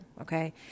okay